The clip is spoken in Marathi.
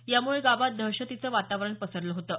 यामुळे गावात दहशतीचं वातावरण पसरलं होतं